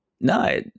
no